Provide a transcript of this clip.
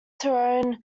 tyrone